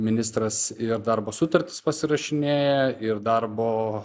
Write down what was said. ministras ir darbo sutartis pasirašinėja ir darbo